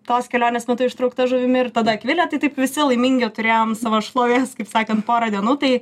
tos kelionės metu ištraukta žuvimi ir tada akvilė tai taip visi laimingi turėjom savo šlovės kaip sakant porą dienų tai